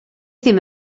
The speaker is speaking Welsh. ddim